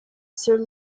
sir